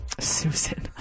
Susan